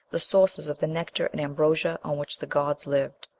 the sources of the nectar and ambrosia on which the gods lived.